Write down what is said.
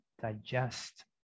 digest